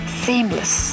seamless